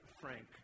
Frank